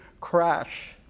crash